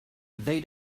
they